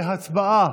נעבור להצבעה.